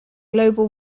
global